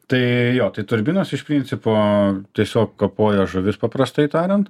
tai jo tai turbinos iš principo tiesiog kapoja žuvis paprastai tariant